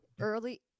early